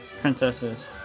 princesses